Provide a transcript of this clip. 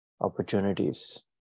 opportunities